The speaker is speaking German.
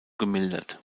gemildert